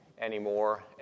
anymore